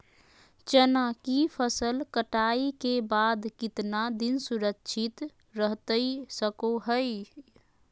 चना की फसल कटाई के बाद कितना दिन सुरक्षित रहतई सको हय?